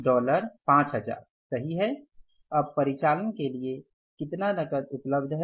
dollar 5000 सही है अब परिचालन के लिए कितना नकद उपलब्ध है